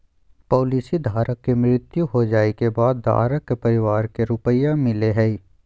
policy धारक के मृत्यु हो जाइ के बाद धारक के परिवार के रुपया मिलेय हइ